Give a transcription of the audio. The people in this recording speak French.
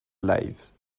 lives